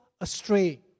astray